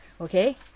Okay